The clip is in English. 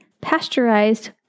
pasteurized